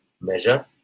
measure